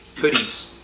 hoodies